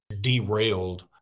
derailed